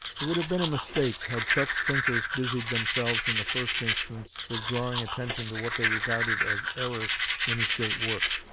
it would have been a mistake had such thinkers busied themselves in the first instance with drawing attention to what they regarded as errors in his great work.